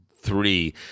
Three